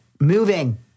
moving